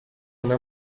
una